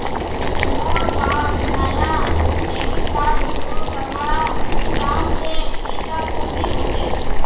मोर बाप नाया डेबिट कार्ड शुरू करवा चाहछेक इटा कुंदीर हतेक